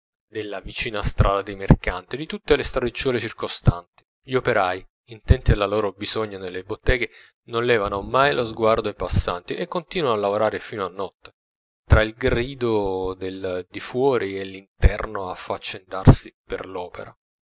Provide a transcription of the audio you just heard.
della vicina strada dei mercanti di tutte le stradicciuole circostanti gli operai intenti alla loro bisogna nelle botteghe non levano mai lo sguardo ai passanti e continuano a lavorare fino a notte tra il gridio del difuori e l'interno affaccendarsi per l'opera